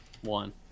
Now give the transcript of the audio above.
One